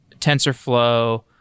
TensorFlow